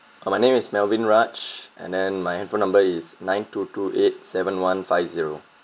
ah my name is melvin raj and then my handphone number is nine two two eight seven one five zero